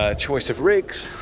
ah choice of rigs,